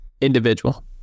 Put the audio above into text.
Individual